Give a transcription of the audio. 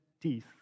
teeth